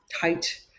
height